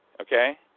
Okay